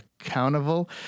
accountable